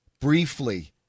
briefly